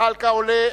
זחאלקה עולה,